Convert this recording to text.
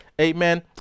Amen